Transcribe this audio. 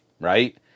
right